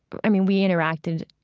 i mean, we interacted,